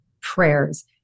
prayers